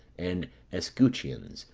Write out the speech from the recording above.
and escutcheons,